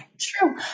True